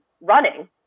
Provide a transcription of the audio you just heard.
running